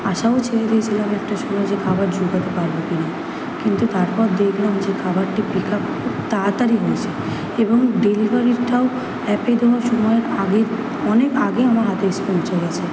আশা করছি সেরকম একটা সময় এসে খাবার জোটাতে পারব কি না কিন্তু তারপর দেখলাম যে খাবারটি পিক আপ তাড়াতাড়ি হয়েছে এবং ডেলিভারিটাও অ্যাপে দেওয়া সময়ের আগে অনেক আগেই আমার হাতে এসে পৌঁছে গিয়েছে